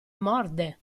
morde